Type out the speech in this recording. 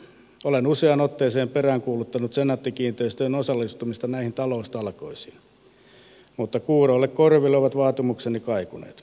olen useaan otteeseen peräänkuuluttanut senaatti kiinteistöjen osallistumista näihin taloustalkoisiin mutta kuuroille korville ovat vaatimukseni kaikuneet